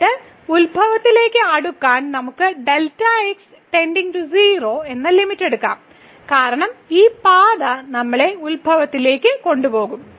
എന്നിട്ട് 00 ലേക്ക് അടുക്കാൻ നമുക്ക് x → 0 എന്ന ലിമിറ്റ് എടുക്കാം കാരണം ഈ പാത നമ്മെ 00 ലേക്ക് കൊണ്ടുപോകും